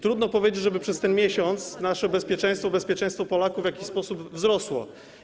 Trudno powiedzieć, że przez ten miesiąc nasze bezpieczeństwo, bezpieczeństwo Polaków w jakiś sposób wzrosło.